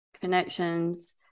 connections